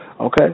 Okay